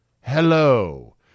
hello